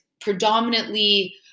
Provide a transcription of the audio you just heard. predominantly